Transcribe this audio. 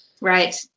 Right